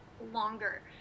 longer